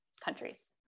countries